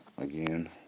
again